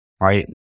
right